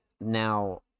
Now